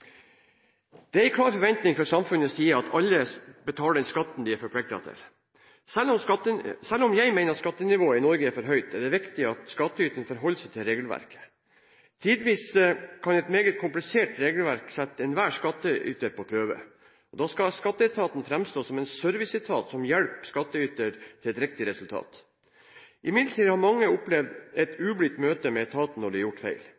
Det er en klar forventning fra samfunnets side at alle betaler den skatten de er forpliktet til. Selv om jeg mener at skattenivået i Norge er for høyt, er det viktig at skattyter forholder seg til regelverket. Tidvis kan et meget komplisert regelverk sette enhver skattyter på prøve. Da skal skatteetaten framstå som en serviceetat som hjelper skattyter til et riktig resultat. Imidlertid har mange opplevd et ublidt møte med etaten når de har gjort feil.